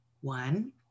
one